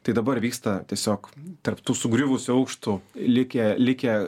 tai dabar vyksta tiesiog tarp tų sugriuvusių aukštų likę likę